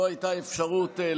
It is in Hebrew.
לא הייתה אפשרות,